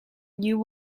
you